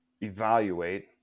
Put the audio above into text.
evaluate